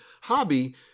hobby